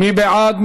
מי בעד?